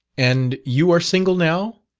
and you are single now.